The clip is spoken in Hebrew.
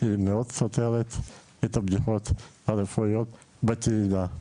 היא מאוד סותרת את הבדיקות הרפואיות בקהילה,